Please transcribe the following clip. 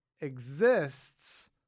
exists